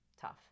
tough